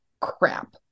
crap